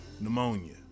pneumonia